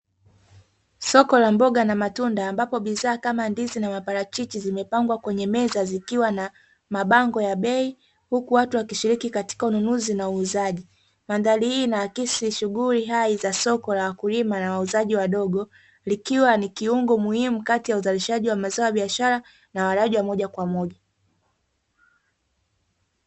Soko la mboga na matunda ambapo bidhaa kama ndizi na maparachichi zimepangwa kwenye meza zikiwa na mabango ya bei, huku watu wakishiriki katika ununuzi na uuzaji. Mandhari hii inaakisi shughuli hai za soko la wakulima na wauzaji wadogo, likiwa ni kiungo muhimu kati ya uzalishaji wa mazao ya biashara na walaji wa moja kwa moja